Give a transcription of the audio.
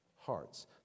hearts